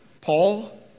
Paul